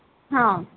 ହଁ